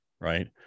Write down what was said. right